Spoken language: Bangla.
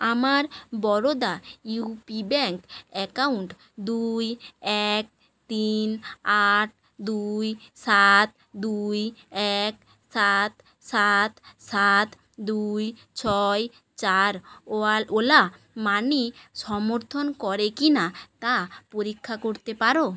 আমার বরোদা ইউপি ব্যাঙ্ক অ্যাকাউন্ট দুই এক তিন আট দুই সাত দুই এক সাত সাত সাত দুই ছয় চার ওয়াল ওলা মানি সমর্থন করে কিনা তা পরীক্ষা করতে পারো